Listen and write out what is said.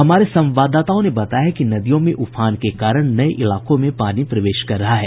हमारे संवाददाताओं ने बताया है कि नदियों में उफान के कारण नये इलाकों में पानी प्रवेश कर रहा है